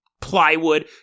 Plywood